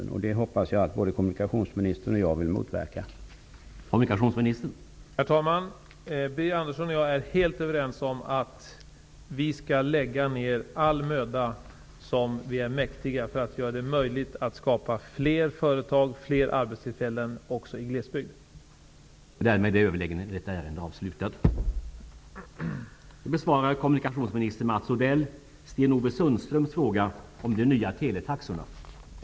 Jag hoppas att inte bara jag utan också kommunikationsministern vill motverka att så sker.